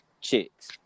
chicks